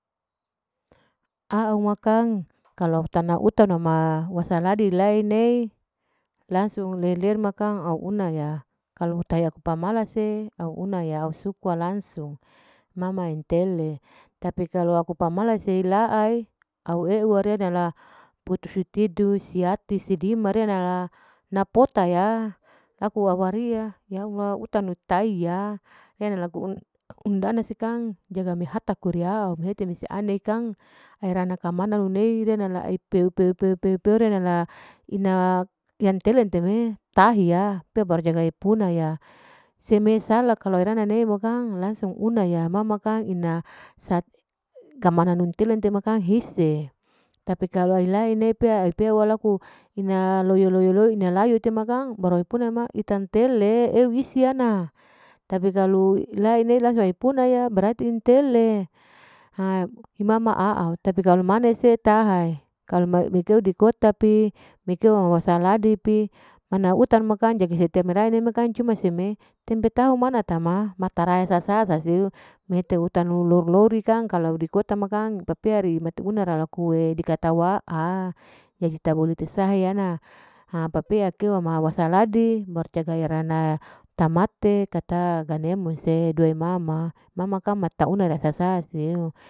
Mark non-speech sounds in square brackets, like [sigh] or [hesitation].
Au ma kang, kalu utana utanu ma wasaladi ilei nei langsung lerler ma kang auna ya, kalu utaya aku pamalas'e, au una ya au sukwa langsung, ma ma intele tapi kalu aku pamalas'e la ai au eu warene la putus sutidu, siati sidima re'ena la napota ya, laku au araiya, yallah utanu taya, e'ena laku undana se kang jaga mehata kuriyau mehete mese ane kang rana kumana lunei, riya nala peu peu peu peu ria nala, inak telen teme tahiya, pe baru jaga'e puna ya, seme sala kalu irana nei bukang langsung una ya, ma ma kang ina [hesitation] kamana nun telente makang hise, tapi kalu hilae nei pea ai pea walau alaku ina loyo, loyo, loyo, ina layu te ma kang baru ai puna kang ita intele eu mise ana, tapi kalu elai nei langsung aipuna ya bearti intele, ha ima ma a'au tapi kalu mani se, tahai, kalau mikeu di kota pi, mikeu wasaladi pi, mana utanu bukang jaga setiap merahe ni makang cuma seme tempe tahu manatama, matarae sasa sasiu, mehete utanu loiri loiri kang kalu, dikota makang peperi mati una rara dikatawa'a, jadi tak bole saheyana ha papea keuma wasaladi baru jaga rana tamate [unintelligible] ganemo se due mama, mamaka una sa saseu